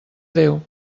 déu